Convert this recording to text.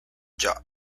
job